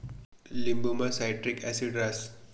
लिंबुमा citric acid रहास